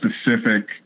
specific